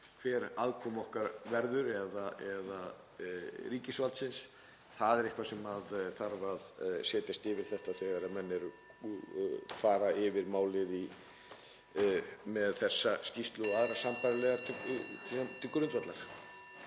hver aðkoma okkar verður eða ríkisvaldsins. Það er eitthvað sem þarf að setjast yfir þegar menn fara yfir málið með þessa skýrslu og aðrar sambærilegar til grundvallar.